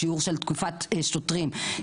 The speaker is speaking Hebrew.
שיעור של תקיפת שוטרים,